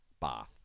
bath